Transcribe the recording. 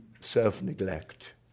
self-neglect